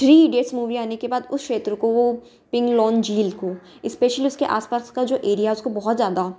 three idiots movie आने के बाद उस क्षेत्र को वह पिंगलोन झील को स्पेशली उसके आस पास का जो एरिया है उसको बहुत ज़्यादा